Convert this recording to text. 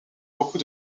beaucoup